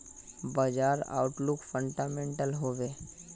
बाजार outlook fundamental हैवै?